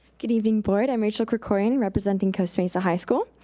good evening, board. i'm rachael kricorian, representing costa mesa high school.